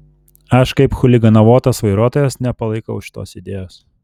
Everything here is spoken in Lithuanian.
aš kaip chuliganavotas vairuotojas nepalaikau šitos idėjos